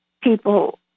people